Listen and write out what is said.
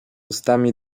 ustami